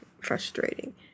frustrating